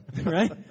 right